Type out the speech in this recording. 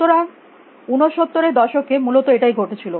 সুতরাং 69 এর দশকে মূলত এটাই ঘটেছিল